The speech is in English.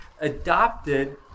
adopted